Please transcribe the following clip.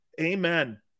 amen